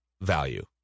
value